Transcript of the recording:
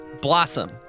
Blossom